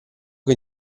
che